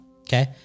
Okay